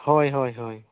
ᱦᱳᱭ ᱦᱳᱭ ᱦᱳᱭ